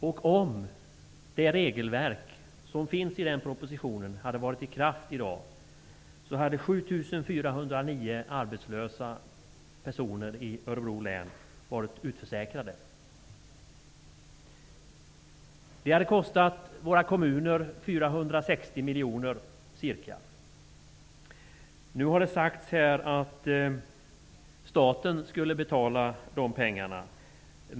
Om det förslag till regelverk som finns i propositionen hade varit i kraft i dag hade Det har nu sagts här att staten skulle betala dessa kostnader.